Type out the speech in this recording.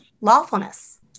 lawfulness